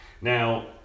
Now